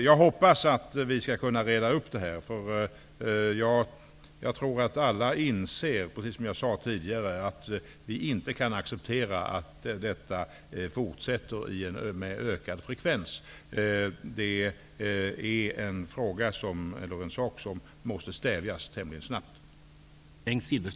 Jag hoppas att vi skall kunna reda ut det här. Jag tror att alla, precis som jag tidigare sade, inser att vi inte kan acceptera att tjuvfisket med öka frekvens fortsätter. Detta måste tämligen snabbt stävjas.